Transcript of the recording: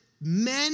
men